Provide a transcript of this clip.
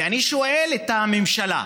ואני שואל את הממשלה: